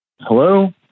Hello